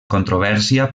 controvèrsia